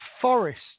forest